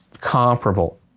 comparable